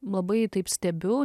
labai taip stebiu